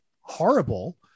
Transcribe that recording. horrible